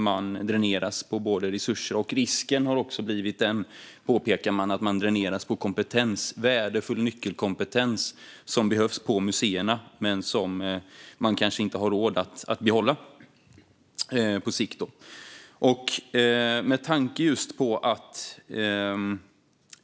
De dräneras på resurser och riskerar även att dräneras på värdefull nyckelkompetens - kompetens som behövs på museerna men som de kanske inte har råd att behålla på sikt.